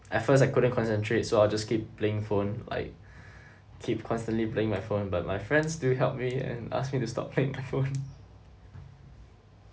at first I couldn't concentrate so I'll just keep playing phone like keep constantly playing my phone but my friends do help me and asked me to stop playing my phone